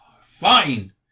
Fine